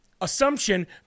assumption